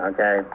Okay